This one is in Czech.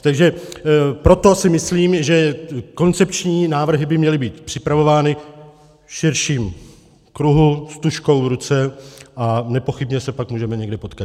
Takže proto si myslím, že koncepční návrhy by měly být připravovány v širším kruhu s tužkou v ruce, a nepochybně se pak můžeme někde potkat.